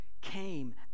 came